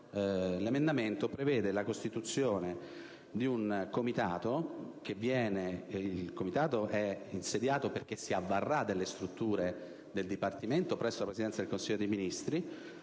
l'emendamento prevede la costituzione di un comitato che, una volta insediato, si avvarrà delle strutture del Dipartimento presso la Presidenza del Consiglio dei ministri;